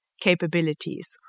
capabilities